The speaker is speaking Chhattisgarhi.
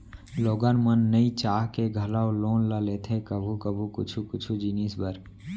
लोगन मन नइ चाह के घलौ लोन ल लेथे कभू कभू कुछु कुछु जिनिस बर